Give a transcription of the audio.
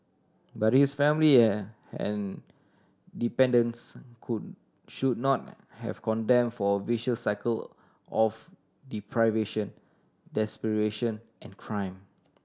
but his family and dependants could should not have condemned for a vicious cycle of deprivation desperation and crime